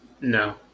No